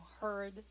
heard